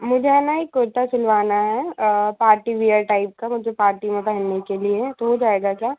मुझे है ना एक कुर्ता सिलवाना है पार्टी वियर टाइप का मुझे पार्टी में पहनने के लिए तो हो जाएगा क्या